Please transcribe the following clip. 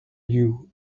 you